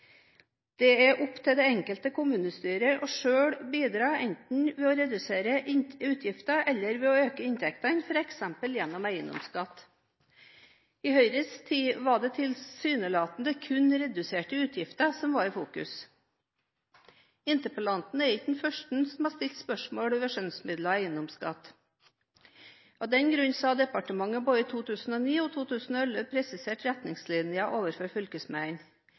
Det er opp til det enkelte kommunestyret selv å bidra enten med å redusere utgifter eller ved å øke inntektene, f.eks. gjennom eiendomsskatt. I Høyres tid var det tilsynelatende kun reduserte utgifter som var i fokus. Interpellanten er ikke den første som har stilt spørsmål ved skjønnsmidler og eiendomsskatt. Av den grunn har departementet både i 2009 og 2011 presisert retningslinjer overfor